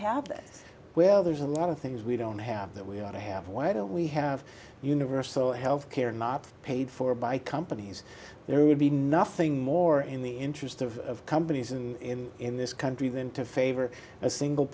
have this well there's a lot of things we don't have that we ought to have why don't we have universal health care not paid for by companies there would be nothing more in the interest of companies in in this country than to favor a single